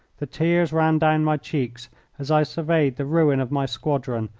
the tears ran down my cheeks as i surveyed the ruin of my squadron,